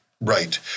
right